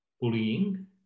bullying